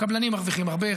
הקבלנים מרוויחים הרבה,